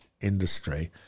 industry